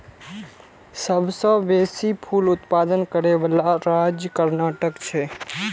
सबसं बेसी फूल उत्पादन करै बला राज्य कर्नाटक छै